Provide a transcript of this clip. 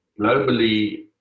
globally